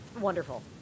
wonderful